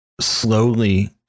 slowly